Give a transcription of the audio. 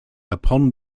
upon